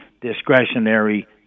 discretionary